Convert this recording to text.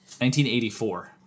1984